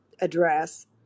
address